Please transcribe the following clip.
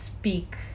speak